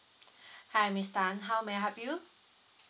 hi miss tan how may I help you